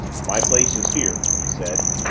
my place is here, he said.